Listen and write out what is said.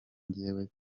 jyewe